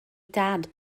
dad